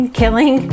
killing